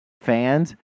fans